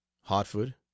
Hartford